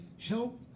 help